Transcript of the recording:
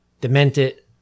demented